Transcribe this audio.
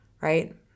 right